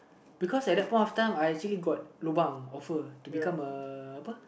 because at that point of time I actually got lobang offer to become a